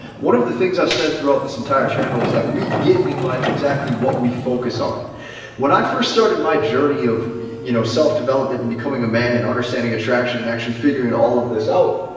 one of the things i've said throughout this entire channel is that we get in life exactly what we focus focus on when i first started my journey of you know, self development and becoming a man and understanding attraction and actually figuring all of this out.